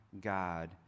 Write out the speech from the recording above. God